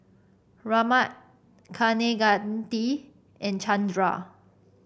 Ramnath Kaneganti and Chandra